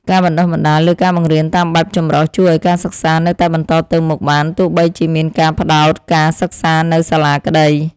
ការបណ្តុះបណ្តាលលើការបង្រៀនតាមបែបចម្រុះជួយឱ្យការសិក្សានៅតែបន្តទៅមុខបានទោះបីជាមានការផ្អាកការសិក្សានៅសាលាក្តី។